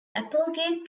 applegate